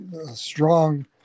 strong